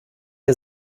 ihr